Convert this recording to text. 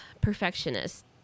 perfectionist